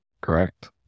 Correct